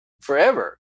forever